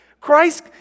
Christ